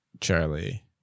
charlie